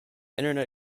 internet